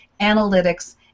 analytics